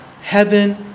Heaven